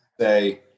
say